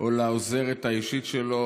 או לעוזרת האישית שלו,